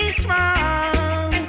strong